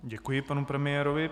Děkuji panu premiérovi.